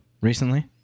Recently